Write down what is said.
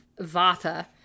Vata